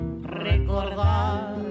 recordar